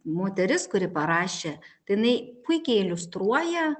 moteris kuri parašė tai jinai puikiai iliustruoja